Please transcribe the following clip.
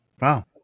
Wow